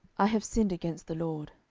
i have sinned against the lord.